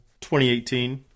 2018